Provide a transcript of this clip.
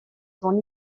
son